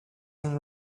and